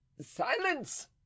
Silence